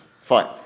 Fine